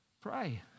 pray